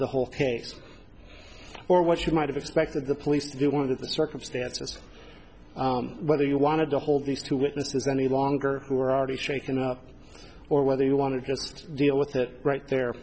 the whole case or what you might have expected the police to do one of the circumstances whether you wanted to hold these two witnesses any longer who were already shaken up or whether you want to just deal with it right there